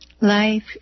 life